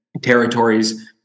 territories